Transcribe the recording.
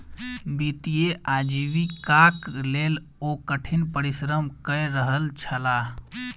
वित्तीय आजीविकाक लेल ओ कठिन परिश्रम कय रहल छलाह